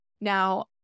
Now